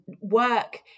work